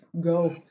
go